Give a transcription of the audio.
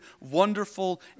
wonderful